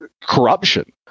corruption